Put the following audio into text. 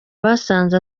basanze